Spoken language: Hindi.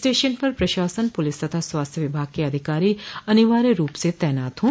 स्टेशन पर प्रशासन पुलिस तथा स्वास्थ्य विभाग के अधिकारी अनिवार्य रूप से तैनात हों